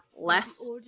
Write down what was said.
less